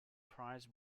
prize